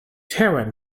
terra